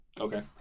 Okay